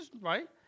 right